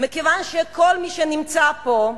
מכיוון שכל מי שנמצא פה,